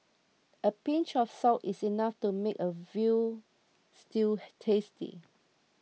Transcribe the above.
a pinch of salt is enough to make a Veal Stew tasty